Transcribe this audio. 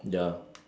ya